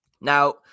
Now